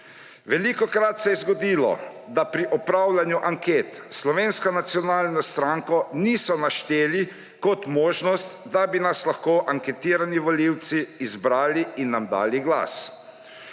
Velikokrat se je zgodilo, da pri opravljanju anket Slovenske nacionalne stranke niso našteli kot možnost, da bi nas lahko anketirani volivci izbrali in nam dali glas.